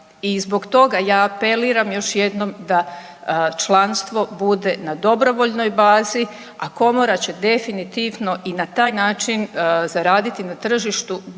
I zbog toga ja apeliram još jednom da članstvo bude na dobrovoljnoj bazi, a Komora će definitivno i na taj način zaraditi na tržištu dovoljno